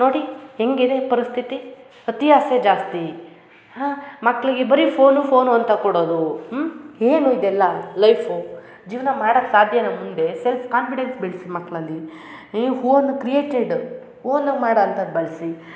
ನೋಡಿ ಹೇಗಿದೆ ಪರಿಸ್ಥಿತಿ ಅತಿ ಆಸೆ ಜಾಸ್ತಿ ಹಾಂ ಮಕ್ಕಳಿಗೆ ಬರೀ ಫೋನು ಫೋನು ಅಂತ ಕೊಡೋದು ಹ್ಮ್ ಏನು ಇದೆಲ್ಲ ಲೈಫು ಜೀವನ ಮಾಡಕ್ಕೆ ಸಾಧ್ಯವಾ ಮುಂದೆ ಸೆಲ್ಫ್ ಕಾನ್ಫಿಡೆನ್ಸ್ ಬೆಳೆಸಿ ಮಕ್ಕಳಲ್ಲಿ ಈ ಹೋನ್ ಕ್ರಿಯೇಟೆಡ್ ಓನಾಗಿ ಮಾಡೋ ಅಂಥದ್ದು ಬೆಳೆಸಿ